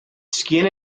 skin